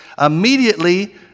immediately